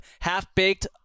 half-baked